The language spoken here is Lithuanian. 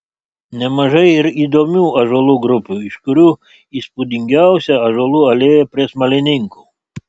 nemažai ir įdomių ąžuolų grupių iš kurių įspūdingiausia ąžuolų alėja prie smalininkų